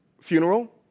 funeral